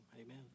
amen